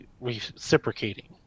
reciprocating